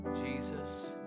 Jesus